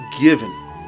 given